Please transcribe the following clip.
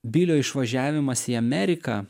bilio išvažiavimas į ameriką